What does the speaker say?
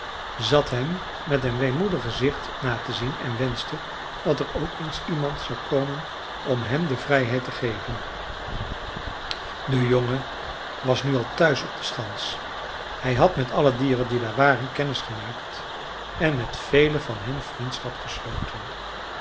zat hem met een weemoedig gezicht na te zien en wenschte dat er ook eens iemand zou komen om hem de vrijheid te geven de jongen was nu al thuis op de schans hij had met alle dieren die daar waren kennis gemaakt en met vele van hen vriendschap gesloten